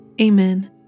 Amen